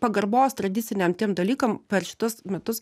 pagarbos tradiciniam tiem dalykam per šituos metus